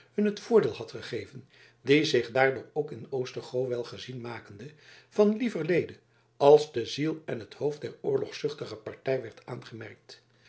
hun het voorbeeld had gegeven die zich daardoor ook in oostergoo wel gezien makende van lieverlede als de ziel en het hoofd der oorlogzuchtige partij werd aangemerkt